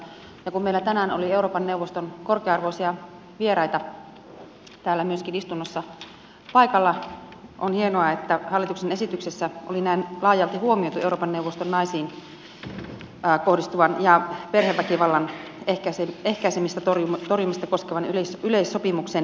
ja kun meillä tänään oli euroopan neuvoston korkea arvoisia vieraita täällä myöskin istunnossa paikalla on hienoa että hallituksen esityksessä oli näin laajalti huomioitu euroopan neuvoston naisiin kohdistuvan ja perheväkivallan ehkäisemistä torjumista koskevan yleissopimuksen hyväksyminen